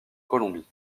colombie